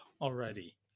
already